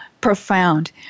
profound